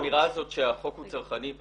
חלק מהאמירה שלי היא שעיצומים